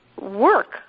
work